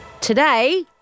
Today